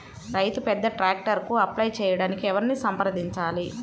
రైతు పెద్ద ట్రాక్టర్కు అప్లై చేయడానికి ఎవరిని సంప్రదించాలి?